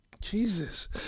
Jesus